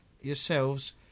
yourselves